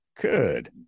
Good